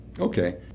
Okay